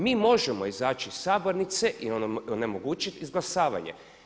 Mi možemo izaći iz sabornice i onemogućiti izglasavanje.